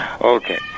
Okay